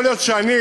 יכול להיות שאני,